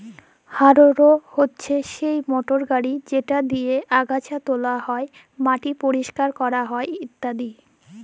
harrow হছে সেই motor গাড়ি যেট দিঁয়ে আগাছা তুলা হ্যয়, মাটি পরিষ্কার ক্যরা হ্যয় ইত্যাদি